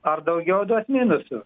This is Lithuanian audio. ar daugiau duos minusų